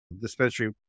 dispensary